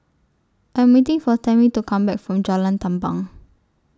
I Am waiting For Tamie to Come Back from Jalan Tampang